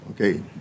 Okay